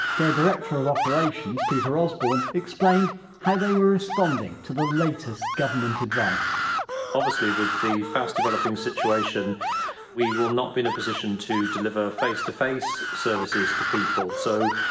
their director of operations, peter osborne, explained how they were responding to the latest government advice obviously, with the fast-developing situation we will not be in a position to deliver face-to-face services to people. so,